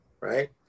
right